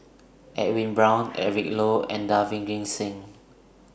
Edwin Brown Eric Low and Davinder Singh